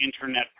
Internet